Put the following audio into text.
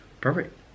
Perfect